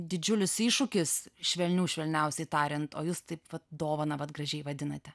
didžiulis iššūkis švelnių švelniausiai tariant o jūs taip vat dovana vat gražiai vadinate